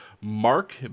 Mark